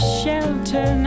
shelter